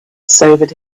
sobered